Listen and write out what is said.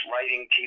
writing